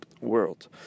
world